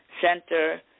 Center